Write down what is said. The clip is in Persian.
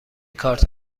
کارت